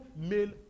male